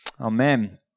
Amen